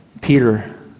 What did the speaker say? Peter